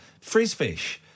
Frizzfish